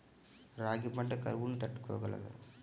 రాగి పంట కరువును తట్టుకోగలదా?